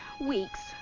weeks